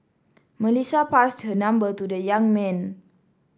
Melissa passed her number to the young man